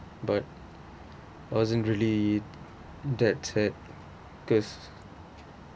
but wasn't that sad cause